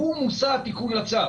שהוא מושא התיקון לצו.